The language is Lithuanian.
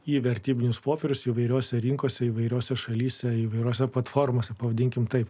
į vertybinius popierius įvairiose rinkose įvairiose šalyse įvairiose platformose pavadinkime taip